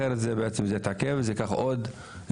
אחרת זה יתעכב וזה ייקח עוד זמן.